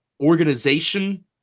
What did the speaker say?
organization